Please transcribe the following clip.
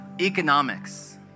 economics